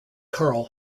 carl